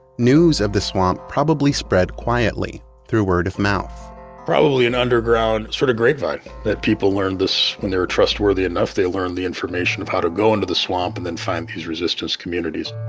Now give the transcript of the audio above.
news of the swamp probably spread quietly through word of mouth probably an underground sort of grapevine that people learned this when they were trustworthy enough, they learned the information of how to go into the swamp and then find these resistance communities.